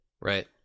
Right